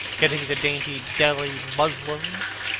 getting the dainty delhi muslins,